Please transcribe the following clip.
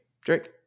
Drake